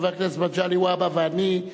חבר הכנסת מגלי והבה ואני,